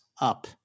up